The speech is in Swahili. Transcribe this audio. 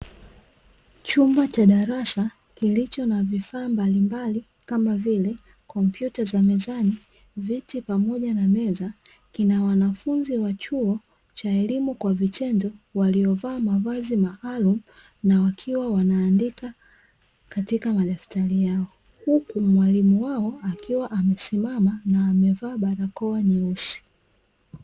Chumba cha darasa kilicho na vifaa mbalimbali kama vile: kompyuta za mezani, viti pamoja na meza kina wanafunzi wa chuo cha elimu kwa vitendo waliovaa mavazi maalumu na wakiwa wanaandika katika madaftari yao huku mwalimu wao akiwa amesimama na amevaa barakoa nyeusi.